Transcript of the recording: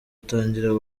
atangira